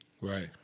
Right